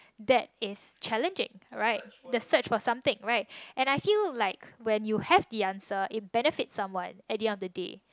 that is challenging right the search for something right and I feel like when you have the answer it benefits someone in the end of the day